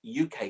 UK